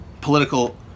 political